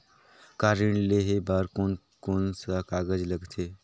Car ऋण लेहे बार कोन कोन सा कागज़ लगथे?